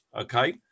Okay